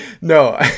no